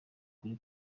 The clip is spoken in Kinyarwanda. kuri